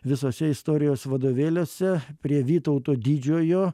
visuose istorijos vadovėliuose prie vytauto didžiojo